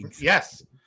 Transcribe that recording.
yes